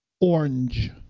orange